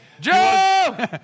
Joe